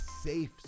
safe